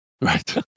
Right